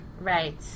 Right